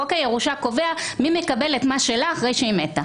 חוק הירושה קובע מי מקבל את מה ששלה אחרי שהיא מתה.